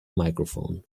microphone